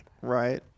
Right